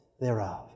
thereof